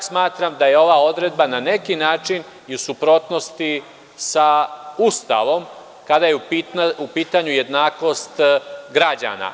Smatram da je čak i ova odredba na neki način u suprotnosti sa Ustavom kada je u pitanju jednakost građana.